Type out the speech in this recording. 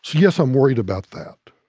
yes, i'm worried about that.